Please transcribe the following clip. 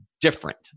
different